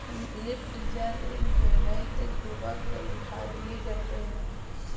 lift जाल एक गहराई तक डूबा कर उठा दिए जाते हैं